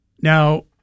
Now